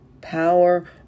power